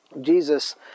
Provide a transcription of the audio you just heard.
Jesus